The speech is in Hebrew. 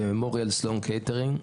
ב-Memorial Sloan Kettering,